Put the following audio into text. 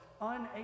unable